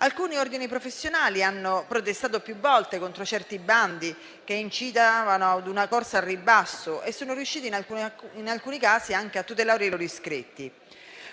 Alcuni ordini professionali hanno protestato più volte contro certi bandi che incitavano a una corsa al ribasso e sono riusciti in alcuni casi anche a tutelare i loro iscritti.